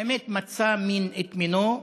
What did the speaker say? האמת, מצא מין את מינו.